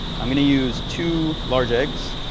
i'm going to use two large eggs.